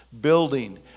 building